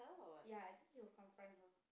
ya I think he will confront her